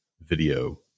video